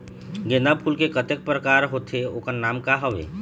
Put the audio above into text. गेंदा फूल के कतेक प्रकार होथे ओकर नाम का हवे?